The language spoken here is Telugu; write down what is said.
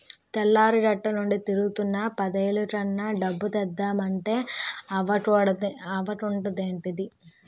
తెల్లారగట్టనుండి తిరుగుతున్నా పదేలు కన్నా డబ్బు తీద్దమంటే అవకుంటదేంటిదీ?